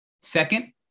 Second